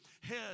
head